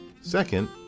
Second